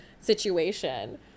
situation